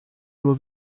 nur